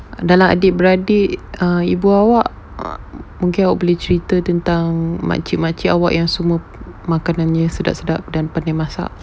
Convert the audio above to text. dalam adik beradik err ibu awak uh mungkin awak boleh cerita tentang um makcik makcik awak yang semua makanannya sedap-sedap dan pandai masak